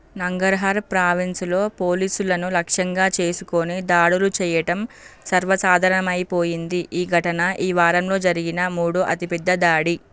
నాంగర్ her ప్రావిన్స్లో పోలీసులను లక్ష్యంగా చేసుకుని దాడులు చేయటం సర్వసాధారణమైపోయింది ఈ ఘటన ఈ వారంలో జరిగిన మూడో అతిపెద్ద దాడి